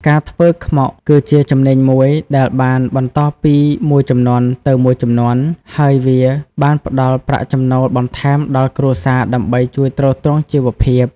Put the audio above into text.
ការធ្វើខ្មុកគឺជាជំនាញមួយដែលបានបន្តពីមួយជំនាន់ទៅមួយជំនាន់ ហើយវាបានផ្តល់ប្រាក់ចំណូលបន្ថែមដល់គ្រួសារដើម្បីជួយទ្រទ្រង់ជីវភាព។